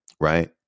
right